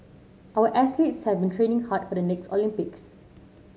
our athletes have been training hard for the next Olympics